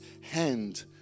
hand